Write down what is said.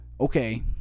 Okay